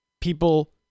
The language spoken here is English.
people